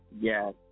yes